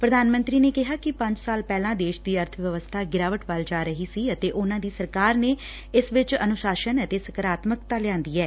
ਪੁਧਾਨ ਮੰਤਰੀ ਨੇ ਕਿਹਾ ਕਿ ਪੰਜ ਸਾਲ ੂਹਿਲਾ ਦੇਸ ੂਦੀ ਅਰਬ ਵਿਵਸਬਾ ਗਿਰਾਵਟ ਵੱਲ ਜਾ ਰਹੀ ਸੀ ਅਤੇ ਉਨਾਂ ਦੀ ਸਰਕਾਰ ਨੇ ਇਸ ਵਿਚ ਅਨੁਸ਼ਾਸਨ ਅਤੇ ਸਕਰਾਤਮਕਤਾ ਲਿਆਂਦੀ ਐ